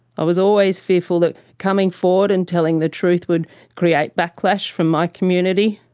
i was always fearful that coming forward and telling the truth would create backlash from my community,